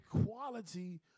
equality